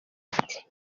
ati